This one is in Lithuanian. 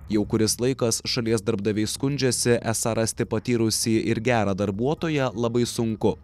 jau kuris laikas šalies darbdaviai skundžiasi esą rasti patyrusį ir gerą darbuotoją labai sunku